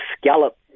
scallop